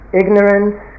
ignorance